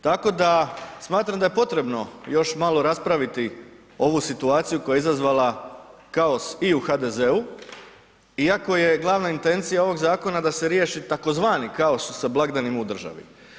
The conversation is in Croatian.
Tako da smatram da je potrebno još malo raspraviti ovu situaciju koja je izazvala kaos i u HDZ-u iako je glavna intencija ovog zakona da se riješi tzv. kao sa blagdanima u državi.